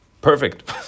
Perfect